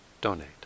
donate